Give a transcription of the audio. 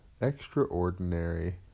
extraordinary